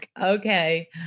Okay